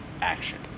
action